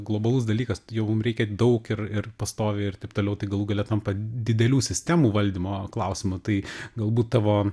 globalus dalykas jo mum reikia daug ir ir pastoviai ir taip toliau tai galų gale tampa didelių sistemų valdymo klausimu tai galbūt tavo